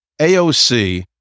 AOC